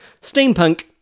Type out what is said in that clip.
Steampunk